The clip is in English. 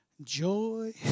Joy